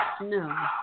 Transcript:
No